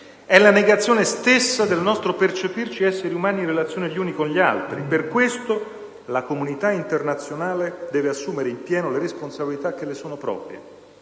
è la negazione stessa del nostro percepirci essere umani in relazione gli uni con gli altri. Per questo, la comunità internazionale deve assumere in pieno le responsabilità che le sono proprie.